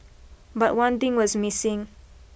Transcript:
but one thing was missing